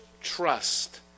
trust